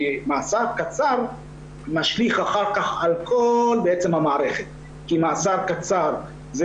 כי מאסר קצר משליך אחר כך על כל המערכת כי מאסר קצר זה